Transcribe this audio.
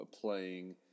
playing